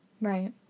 right